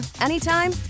anytime